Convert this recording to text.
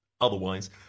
otherwise